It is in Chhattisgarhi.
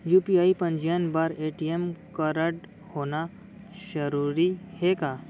यू.पी.आई पंजीयन बर ए.टी.एम कारडहोना जरूरी हे का?